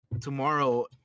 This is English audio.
tomorrow